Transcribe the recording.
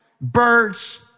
birds